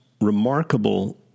remarkable